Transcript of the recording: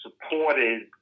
supported